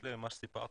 בהמשך למה שסיפרתם,